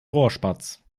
rohrspatz